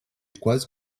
quase